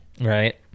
right